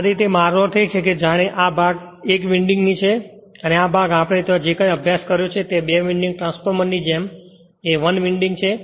આ રીતે મારો અર્થ એ છે કે જાણે કે આ ભાગ 1 વિન્ડિંગનો છે અને આ ભાગ આપણે ત્યાં જે કંઇ અભ્યાસ કર્યો છે તે બે વિન્ડિંગ ટ્રાન્સફોર્મરની જેમ 1 વિન્ડિંગ છે